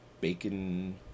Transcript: bacon